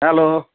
hello